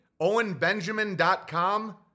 Owenbenjamin.com